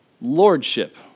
lordship